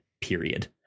period